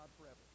forever